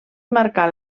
marcar